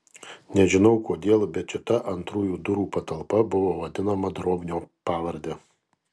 nežinau kodėl bet šita antrųjų durų patalpa buvo vadinama drobnio pavarde